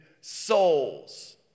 souls